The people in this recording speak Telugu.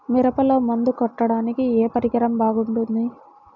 మిరపలో మందు కొట్టాడానికి ఏ పరికరం బాగుంటుంది?